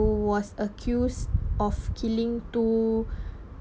who was accused of killing two